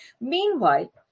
Meanwhile